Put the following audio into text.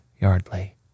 Yardley